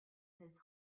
his